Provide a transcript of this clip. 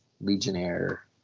Legionnaire